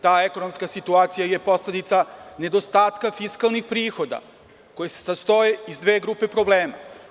Ta ekonomska situacija je posledica nedostatka fiskalnih prihoda, a ona se sastoji iz dve grupe problema.